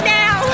now